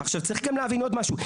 צריך גם להבין עוד משהו,